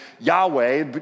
Yahweh